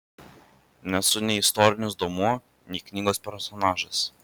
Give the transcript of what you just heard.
nesu nei istorinis duomuo nei knygos personažas